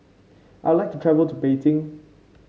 I'd like to travel to Beijing